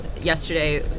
Yesterday